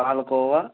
palkova